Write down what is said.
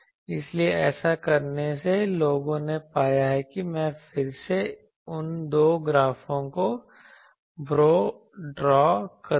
इसलिए ऐसा करने से लोगों ने पाया है कि मैं फिर से उन दो ग्राफों को ब्रो ड्रॉ करूंगा